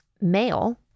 male